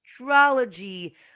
astrology